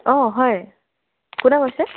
অ হয় কোনে কৈছে